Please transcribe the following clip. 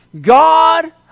God